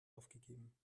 aufgegeben